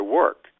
work